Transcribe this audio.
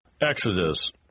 Exodus